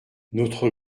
notre